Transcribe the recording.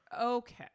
Okay